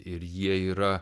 ir jie yra